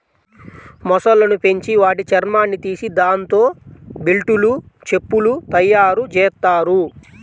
మొసళ్ళను పెంచి వాటి చర్మాన్ని తీసి దాంతో బెల్టులు, చెప్పులు తయ్యారుజెత్తారు